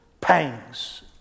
pangs